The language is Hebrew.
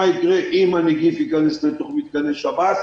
יקרה אם הנגיף ייכנס לתוך מתקני שב"ס.